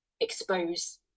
expose